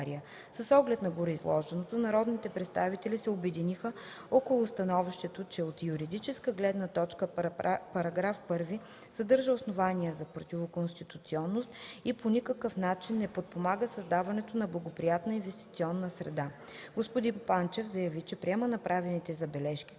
С оглед на гореизложеното, народните представители се обединиха около становището, че от юридическа гледна точка § 1 съдържа основания за противоконстуционност и по никакъв начин не подпомага създаването на благоприятна инвестиционна среда. Господин Панчев заяви, че приема направените бележки,